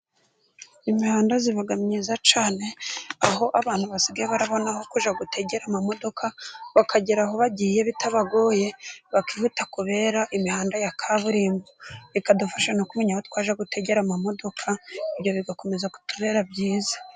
Imihanda iba myiza cyane, aho abantu basigaye barabona aho kujya gutegera imodoka bakagera aho bagiye bitabagoye bakihuta kubera imihanda ya kaburimbo. Ikadufashe no ukubonyemenya aho twajya gutegera imodoka. Ibyo bigakomeza kutubera byiza.